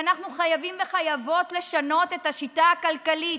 ואנחנו חייבים וחייבות לשנות את השיטה הכלכלית.